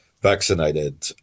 vaccinated